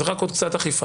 זאת רק עוד קצת אכיפה.